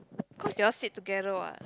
cause you all sit together what